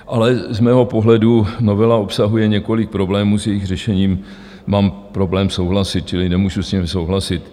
Ale z mého pohledu novela obsahuje několik problémů, s jejichž řešením mám problém souhlasit, čili nemůžu s nimi souhlasit.